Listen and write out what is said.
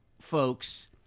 folks